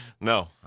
No